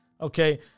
Okay